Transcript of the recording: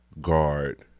guard